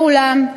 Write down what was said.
ואולם,